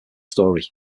story